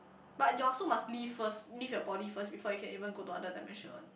but your soul must leave first leave your body first before it can even go to other dimension what